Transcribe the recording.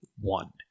one